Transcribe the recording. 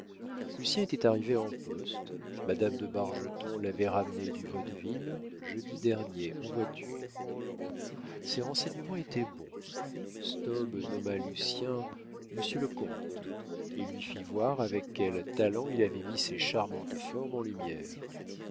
lucien était arrivé en poste madame de bargeton l'avait ramené du vaudeville jeudi dernier en voiture ces renseignements étaient bons staub nomma lucien monsieur le comte et lui fit voir avec quel talent il avait mis ses charmantes formes en lumière